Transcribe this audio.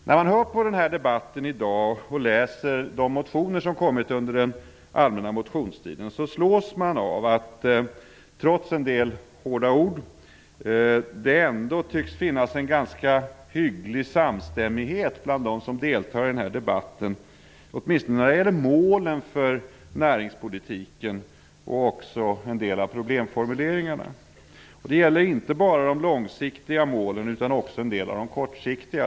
När man hör på debatten i dag och läser de motioner som väckts under den allmänna motionstiden slås man av att det trots en del hårda ord ändå tycks finnas en ganska hygglig samstämmighet bland dem som deltar i den här debatten, åtminstone när det gäller målen för näringspolitiken och också en del av problemformuleringarna. Det gäller inte bara de långsiktiga målen utan också en del av de kortsiktiga.